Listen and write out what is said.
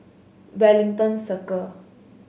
Wellington Circle